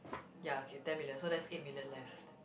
ya okay ten million so that's eight million left